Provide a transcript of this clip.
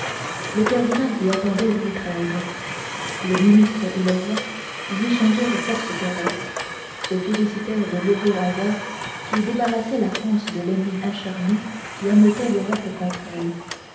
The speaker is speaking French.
le cardinal y attendait louis xiii le ministre et le roi y échangèrent force caresses se félicitèrent de l'heureux hasard qui débarrassait la france de l'ennemi acharné qui ameutait l'europe contre elle